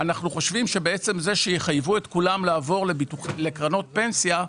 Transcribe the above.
אנחנו חושבים שבעצם זה שיחייבו את כולם לעבור לקרנות פנסיה,